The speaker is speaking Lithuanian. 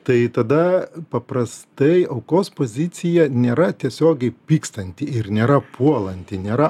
tai tada paprastai aukos pozicija nėra tiesiogiai pykstanti ir nėra puolanti nėra